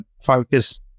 focus